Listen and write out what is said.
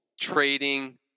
trading